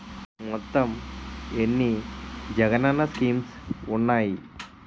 మొత్తం ఎన్ని జగనన్న స్కీమ్స్ ఉన్నాయి?